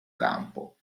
campo